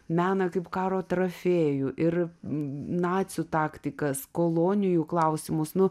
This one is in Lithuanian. meną kaip karo trofėjų ir nacių taktikas kolonijų klausimus nu